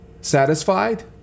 satisfied